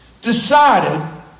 decided